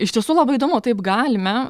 iš tiesų labai įdomu taip galime